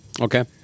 Okay